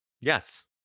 Yes